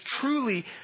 truly